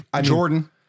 jordan